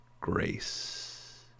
Grace